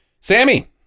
Sammy